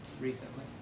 recently